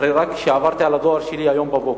אחרי שעברתי על הדואר שלי היום בבוקר.